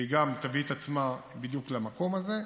והיא תביא את עצמה בדיוק למקום הזה.